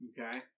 Okay